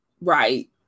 Right